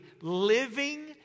living